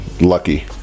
lucky